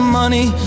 money